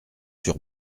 sur